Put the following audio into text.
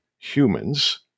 humans